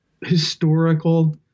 historical